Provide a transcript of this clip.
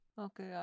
Okay